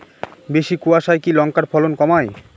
বেশি কোয়াশায় কি লঙ্কার ফলন কমায়?